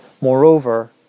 Moreover